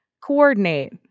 coordinate